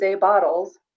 bottles